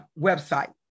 website